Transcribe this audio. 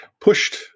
pushed